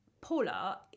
Paula